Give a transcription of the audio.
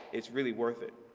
it's really worth it.